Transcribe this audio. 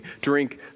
drink